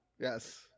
Yes